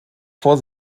vor